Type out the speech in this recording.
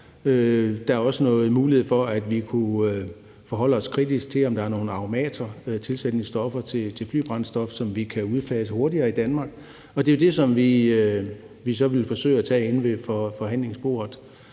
Der er også mulighed for, at vi kan forholde os kritisk til, om der er nogle automater og tilsætningsstoffer i flybrændstof, som vi kunne udfase hurtigere i Danmark. Og det er jo det, som vi så vil forsøge at tage op inde ved forhandlingsbordet.